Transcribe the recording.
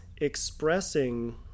expressing